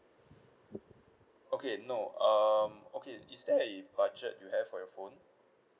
okay no um okay is there a budget you have for your phone